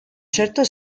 certo